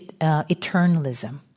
eternalism